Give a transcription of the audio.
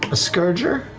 a scourger.